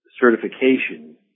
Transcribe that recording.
certification